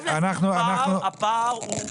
מה גובה הפער?